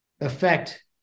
affect